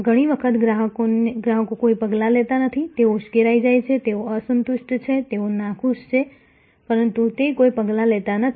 ઘણી વખત ગ્રાહકો કોઈ પગલાં લેતા નથી તેઓ ઉશ્કેરાઈ જાય છે તેઓ અસંતુષ્ટ છે તેઓ નાખુશ છે પરંતુ તે કોઈ પગલાં લેતા નથી